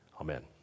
Amen